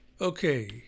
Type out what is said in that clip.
Okay